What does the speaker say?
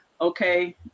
Okay